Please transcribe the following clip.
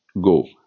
go